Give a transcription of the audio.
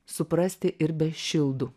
suprasti ir be šildų